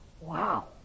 Wow